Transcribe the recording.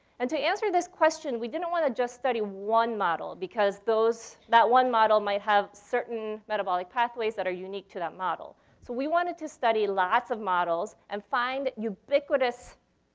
and to answer this question we didn't wanna just study one model, because that one model might have certain metabolic pathways that are unique to that model. so we wanted to study lots of models and find ubiquitous